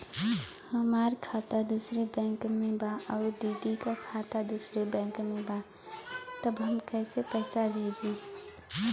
हमार खाता दूसरे बैंक में बा अउर दीदी का खाता दूसरे बैंक में बा तब हम कैसे पैसा भेजी?